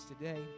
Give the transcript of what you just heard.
today